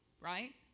right